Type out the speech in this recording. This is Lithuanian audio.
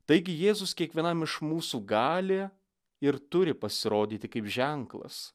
taigi jėzus kiekvienam iš mūsų gali ir turi pasirodyti kaip ženklas